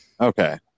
okay